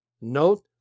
Note